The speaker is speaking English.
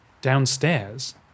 Downstairs